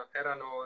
erano